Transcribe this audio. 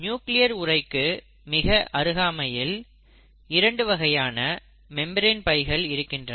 nuclear உரைக்கு மிக அருகாமையில் இரண்டு வகையான மெம்பரேன் பைகள் இருக்கின்றன